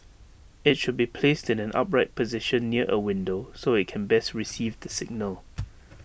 IT should be placed in an upright position near A window so IT can best receive the signal